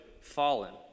fallen